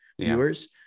viewers